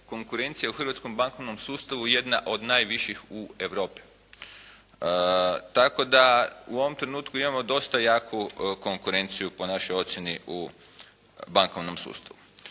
konkurencija u hrvatskom bankovnom sustavu jedna od najviših u Europi. Tako da u ovom trenutku imamo dosta jaku konkurenciju po našoj ocjeni u bankovnom sustavu.